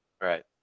Right